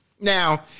Now